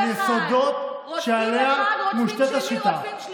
על היסודות שעליה מושתתת השיטה.